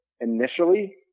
initially